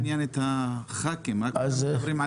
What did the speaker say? לא מעניין את חברי הכנסת כאשר מדברים על